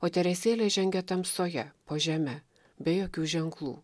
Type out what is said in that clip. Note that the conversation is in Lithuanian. o teresėlė žengia tamsoje po žeme be jokių ženklų